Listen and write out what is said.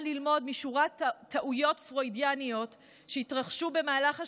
ללמוד משורת טעויות פרוידיאניות שהתרחשו במהלך השנים,